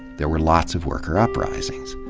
there were lots of worker uprisings.